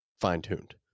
fine-tuned